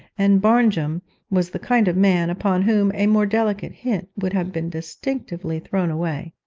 and barnjum was the kind of man upon whom a more delicate hint would have been distinctly thrown away.